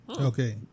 okay